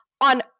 on